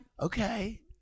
Okay